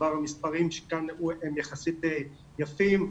וכבר המספרים שכאן הם יחסית יפים.